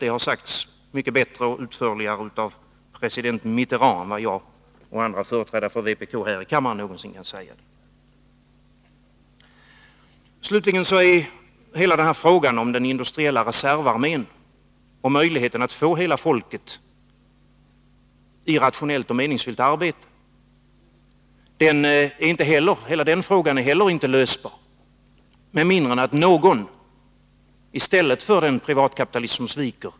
Det har sagts mycket bättre och utförligare av president Mitterand än vad jag och andra företrädare för vpk här i kammaren någonsin kan säga det. Frågan om den industriella reservarmén och möjligheten att få hela folket i rationellt och meningsfyllt arbete är heller inte lösbar med mindre än att någon går in i stället för den privatkapitalism som sviker.